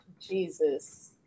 Jesus